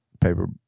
paper